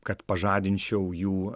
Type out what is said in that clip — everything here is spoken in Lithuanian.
kad pažadinčiau jų